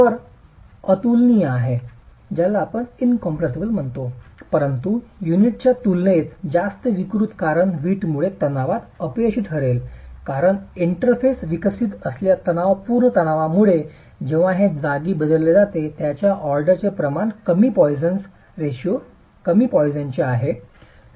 rubber अतुलनीय आहे परंतु युनिटच्या तुलनेत जास्त विकृत कारण वीट मुळे तणावात अपयशी ठरले कारण इंटरफेसवर विकसित असलेल्या तणावपूर्ण तणावामुळे जेव्हा हे जागी बदलले जाते ज्याच्या ऑर्डरचे प्रमाण कमी पॉइसनचे Poisson's ratio आहे